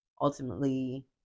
ultimately